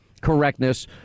correctness